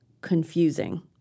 confusing